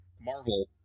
Marvel